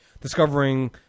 discovering